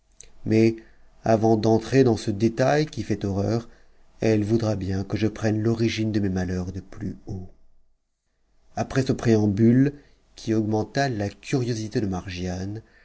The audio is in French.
mais avant d'entrer dans ce détail qui fait horreur elle voudra bien que je prenne l'or'g de mes malheurs de plus haut ne nssqd après ce préambule qui augmenta la curiosité de